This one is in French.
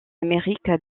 amérique